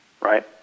right